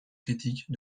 critiques